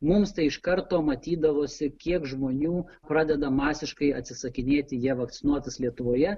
mums tai iš karto matydavosi kiek žmonių pradeda masiškai atsisakinėti ja vakcinuotas lietuvoje